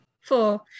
Four